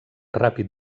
ràpid